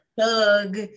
Thug